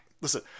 listen